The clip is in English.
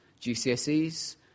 GCSEs